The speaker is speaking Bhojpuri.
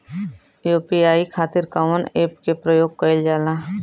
यू.पी.आई खातीर कवन ऐपके प्रयोग कइलजाला?